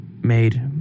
made